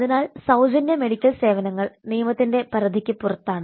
അതിനാൽ സൌജന്യ മെഡിക്കൽ സേവനങ്ങൾ നിയമത്തിന്റെ പരിധിക്ക് പുറത്താണ്